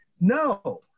No